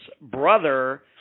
brother